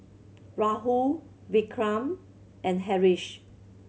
Rahul Vikram and Haresh